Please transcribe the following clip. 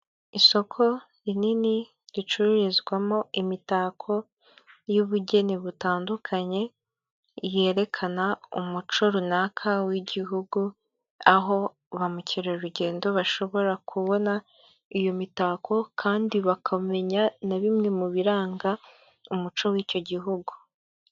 Isoko rinini ricururizwamo imitako y'ubugeni butandukanye yerekana umuco runaka w'igihugu aho bamukerarugendo bashobora kubona iyo mitako kandi bakamenya na bimwe mu biranga umuco w'icyo gihugu.